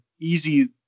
easy